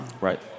Right